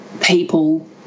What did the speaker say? people